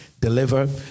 deliver